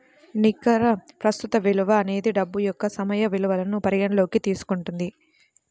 నికర ప్రస్తుత విలువ అనేది డబ్బు యొక్క సమయ విలువను పరిగణనలోకి తీసుకుంటుంది